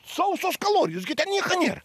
sausos kalorijos gi ten nieka nėra